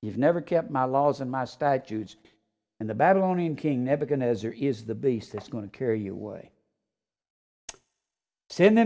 you've never kept my laws and my statutes and the battle owning king never going to is or is the beast is going to carry you away sin them